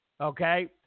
Okay